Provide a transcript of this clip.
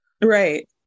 Right